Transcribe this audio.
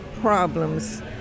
problems